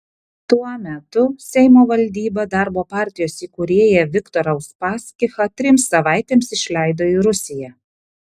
tuo metu seimo valdyba darbo partijos įkūrėją viktorą uspaskichą trims savaitėms išleido į rusiją